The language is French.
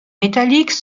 métalliques